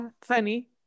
Funny